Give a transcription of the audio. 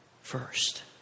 first